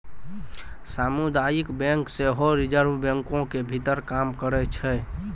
समुदायिक बैंक सेहो रिजर्वे बैंको के भीतर काम करै छै